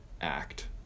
act